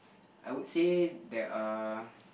I would say there are